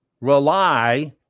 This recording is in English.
rely